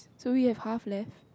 do we have half left